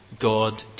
God